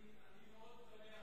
אני מאוד תמה אם יש דברים כאלו.